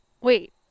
wait